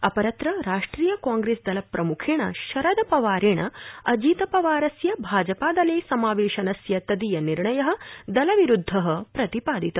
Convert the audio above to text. अपरत्र राष्ट्रिय कांप्रेसदल प्रमुखेण शरद पवारेण अजीतपवारस्य भाजपादले समावेशनस्य तदीयनिर्णय दलविरूद्ध प्रतिपादित